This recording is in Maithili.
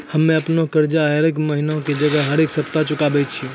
हम्मे अपनो कर्जा हरेक महिना के जगह हरेक सप्ताह चुकाबै छियै